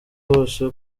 wose